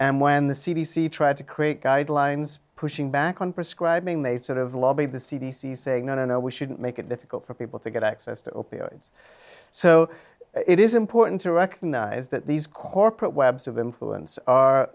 and when the c d c tried to create guidelines pushing back on prescribing they sort of lobbied the c d c saying no no no we shouldn't make it difficult for people to get access to opioids so it is important to recognize that these corporate webs of influence are